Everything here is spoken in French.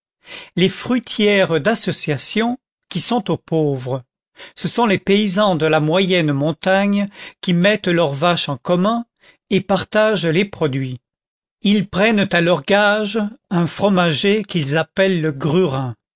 les fruitières d'association qui sont aux pauvres ce sont les paysans de la moyenne montagne qui mettent leurs vaches en commun et partagent les produits ils prennent à leurs gages un fromager qu'ils appellent le grurin